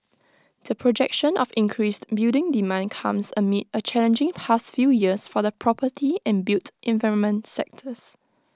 the projection of increased building demand comes amid A challenging past few years for the property and built environment sectors